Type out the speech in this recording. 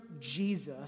Jesus